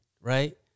right